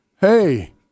Hey